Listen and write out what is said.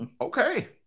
okay